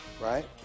Right